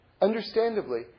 understandably